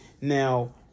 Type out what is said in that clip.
Now